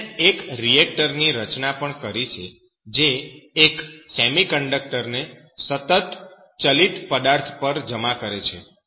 તેમણે એક રીએક્ટર ની રચના પણ કરી છે જે એક સેમીકન્ડક્ટર ને સતત ચલિત પદાર્થ પર જમા કરે છે